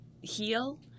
heal